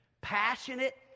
Passionate